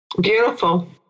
Beautiful